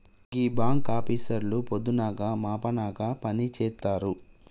గీ బాంకాపీసర్లు పొద్దనక మాపనక పనిజేత్తరు